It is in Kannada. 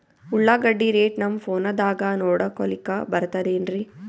ಉಳ್ಳಾಗಡ್ಡಿ ರೇಟ್ ನಮ್ ಫೋನದಾಗ ನೋಡಕೊಲಿಕ ಬರತದೆನ್ರಿ?